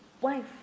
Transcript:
wife